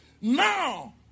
now